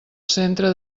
centre